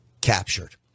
captured